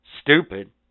Stupid